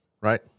right